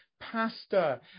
pasta